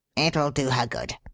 it'll do her good.